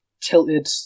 tilted